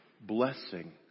blessing